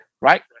Right